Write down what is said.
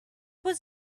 was